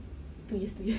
two year two years